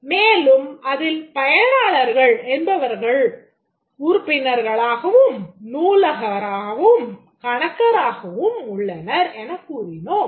மேலும் அதில் பயனாளர்கள் என்பவர்கள் உறுப்பினர்களாகவும் நூலகராகவும் கணக்கராகவும் உள்ளனர் எனக் கூறினோம்